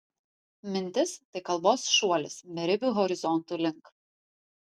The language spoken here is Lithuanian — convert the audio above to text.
mintis tai kalbos šuolis beribių horizontų link